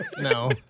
No